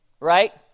Right